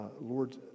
Lord